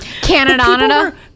Canada